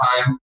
time